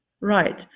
Right